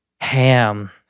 Ham